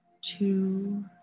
two